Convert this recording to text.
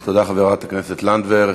תודה, חברת הכנסת לנדבר.